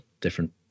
different